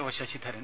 O Sasidharan